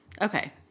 Okay